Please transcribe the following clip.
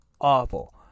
awful